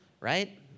right